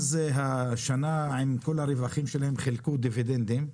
והשנה עם כל הרווחים שלהם חילקו דיבידנדים.